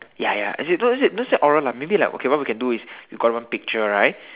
ya ya actually don't say don't say oral lah maybe like what we can do is we got one picture right